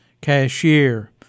cashier